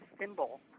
symbol